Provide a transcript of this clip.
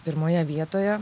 pirmoje vietoje